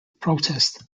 protest